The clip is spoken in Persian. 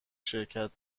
شرکت